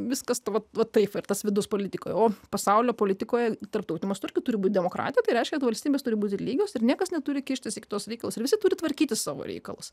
viskas vat vat taip ir tas vidaus politikoje o pasaulio politikoje tarptautiniu mąstu irgi turi būt demokratija tai reiškia valstybės turi būti lygios ir niekas neturi kištis į tuos reikalus ir visi turi tvarkytis savo reikalus